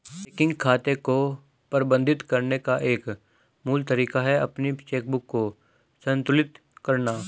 checking खाते को प्रबंधित करने का एक मूल तरीका है अपनी चेकबुक को संतुलित करना